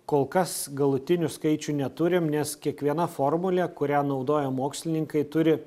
kol kas galutinių skaičių neturim nes kiekviena formulė kurią naudoja mokslininkai turi